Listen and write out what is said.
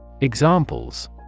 Examples